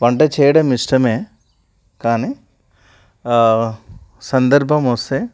వంట చేయడం ఇష్టమే కానీ సందర్భం వస్తే